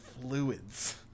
fluids